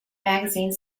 magazine